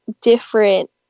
different